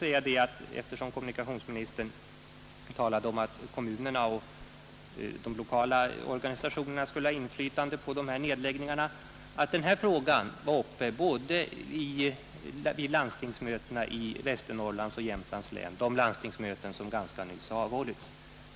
Fär jag sedan -— eftersom kommunikationsministern talade om att kommunerna och de lokala organisationerna skulle ha inflytande på de här nedläggningarna också säga att denna fråga var uppe vid de landstingsmöten som ganska nyligen hållits både i Västernorrlands och i Jämtlands län.